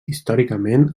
històricament